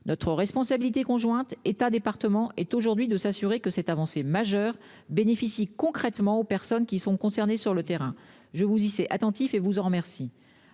Notre responsabilité conjointe entre État et départements est désormais de s'assurer que cette avancée majeure bénéficie concrètement aux personnes qui sont concernées sur le terrain. Je vous y sais attentif et vous en remercie.